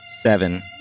Seven